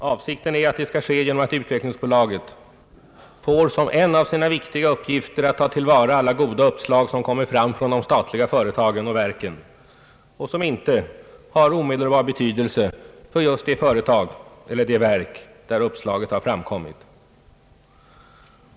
Avsikten är att detta skall ske genom att utvecklingsbolaget får som en av sina viktiga uppgifter att ta till vara alla goda uppslag som kommer fram inom de statliga företagen och verken och som inte är av omedelbar betydelse för just det företag eller verk där uppslaget har framkommit.